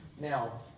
Now